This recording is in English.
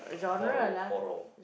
horro horror